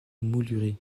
moulurés